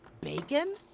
bacon